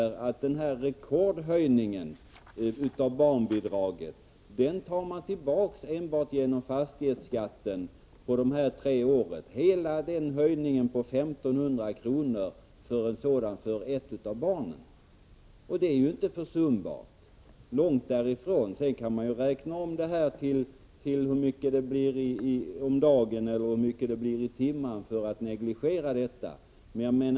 Rekordhöjningen av barnbidraget — 1 500 kr. — tar man tillbaka för ett av barnen enbart genom fastighetsskatten på de här tre åren, och det är inte försumbart, långt därifrån. Sedan kan man räkna om till hur mycket det blir om dagen eller i timmen för att negligera skattehöjningen.